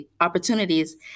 opportunities